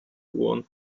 ohren